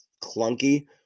clunky